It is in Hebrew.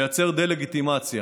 לייצר דה-לגיטימציה.